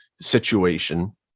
situation